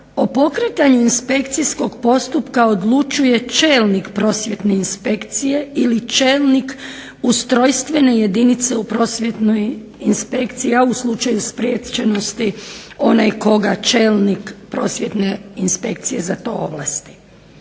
o pokretanju inspekcijskog postupka odlučuje čelnik Prosvjetne inspekcije ili čelnik ustrojstvene jedinice u Prosvjetnoj inspekciji, a u slučaju spriječenosti onaj koga čelnik Prosvjetne inspekcije za to ovlasti.